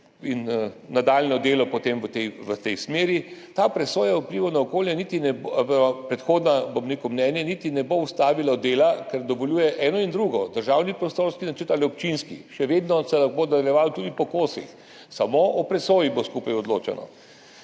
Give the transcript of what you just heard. in nadaljnje delo gre potem v tej smeri. Ta presoja vplivov na okolje oziroma predhodno mnenje niti ne bo ustavilo dela, ker dovoljuje eno in drugo, državni prostorski načrt ali občinski. Še vedno se bo nadaljevalo tudi po kosih, samo o presoji bo skupaj odločeno.